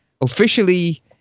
officially